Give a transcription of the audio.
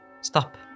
stop